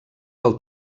del